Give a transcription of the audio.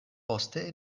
poste